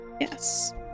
Yes